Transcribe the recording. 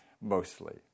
mostly